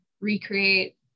recreate